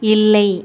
இல்லை